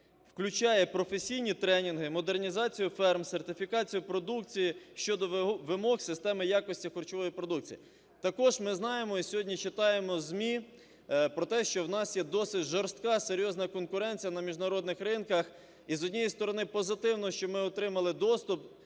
включає професійні тренінги, модернізацію ферм, сертифікацію продукції щодо вимог системи якості харчової продукції. Також ми знаємо і сьогодні читаємо ЗМІ про те, що в нас є досить жорстка серйозна конкуренція на міжнародних ринках. І, з однієї сторони, позитивно, що ми отримали доступ